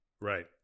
Right